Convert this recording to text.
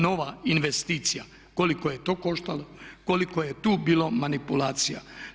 Nova investicija, koliko je to koštalo, koliko je tu bilo manipulacija.